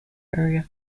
area